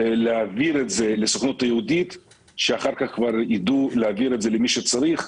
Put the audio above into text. להעביר את זה לסוכנות היהודית שאחר כך כבר ידעו להעביר את זה למי שצריך,